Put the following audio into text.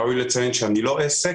ראוי לציין שאני לא עסק,